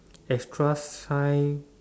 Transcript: extra shine